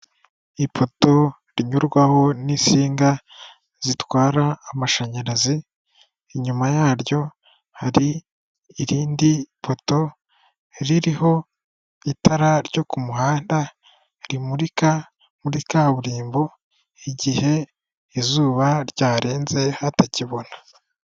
Ipoto rinyurwaho n'insinga zitwara amashanyarazi, inyuma yaryo, hari irindi poto ririho itara ryo ku muhanda, rimurika muri kaburimbo, igihe izuba ryarenze hatakibona.